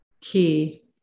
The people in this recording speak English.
key